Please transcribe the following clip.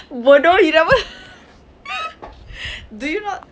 bodoh you never do you rot~